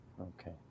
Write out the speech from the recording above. okay